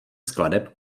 skladeb